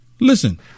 Listen